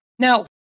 Now